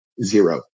zero